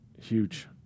huge